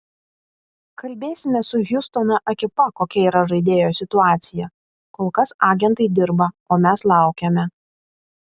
kalbėsime su hjustono ekipa kokia yra žaidėjo situacija kol kas agentai dirba o mes laukiame